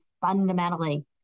fundamentally